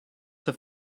have